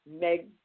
Meg